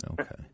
Okay